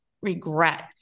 regret